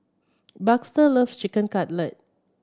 Baxter loves Chicken Cutlet